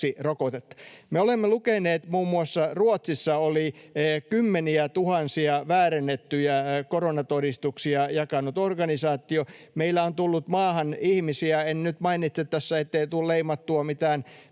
Me olemme lukeneet, että muun muassa Ruotsissa oli kymmeniätuhansia väärennettyjä koronatodistuksia jakanut organisaatio. Meillä on tullut maahan ihmisiä — en nyt mainitse tässä, mistä, ettei tule leimattua mitään